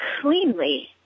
cleanly